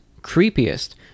creepiest